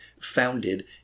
founded